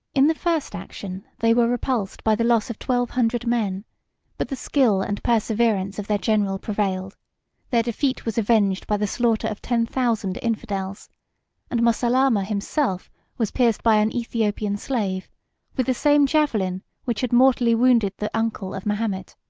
in the first action they were repulsed by the loss of twelve hundred men but the skill and perseverance of their general prevailed their defeat was avenged by the slaughter of ten thousand infidels and moseilama himself was pierced by an aethiopian slave with the same javelin which had mortally wounded the uncle of mahomet.